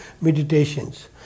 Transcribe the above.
meditations